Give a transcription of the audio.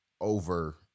over